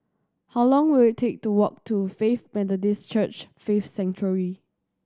how long will it take to walk to Faith Methodist Church Faith Sanctuary